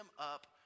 up